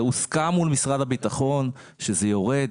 זה הוסכם מול משרד הביטחון שזה יורד.